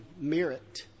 merit